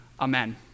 amen